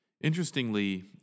Interestingly